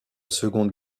seconde